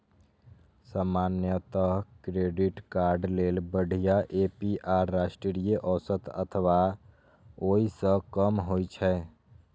सामान्यतः credit card लेल बढ़िया ए.पी.आर राष्ट्रीय औसत अथवा ओइ सं कम होइ छै